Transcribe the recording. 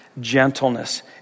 gentleness